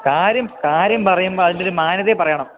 കാര്യം കാര്യം പറയുമ്പോള് അതിന്റെയൊരു മാന്യതയില് പറയണം